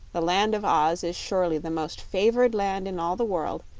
the land of oz is surely the most favored land in all the world,